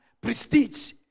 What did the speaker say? prestige